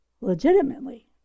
legitimately